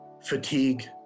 fatigue